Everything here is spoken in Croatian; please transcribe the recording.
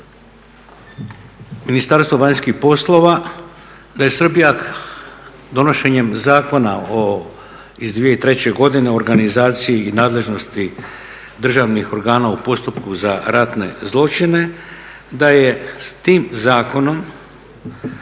Ministarstvo vanjskih poslova, da je Srbija donošenjem Zakona iz 2003. godine u organizaciji i nadležnosti državnih organa u postupku za ratne zločine, da je s tim zakonom,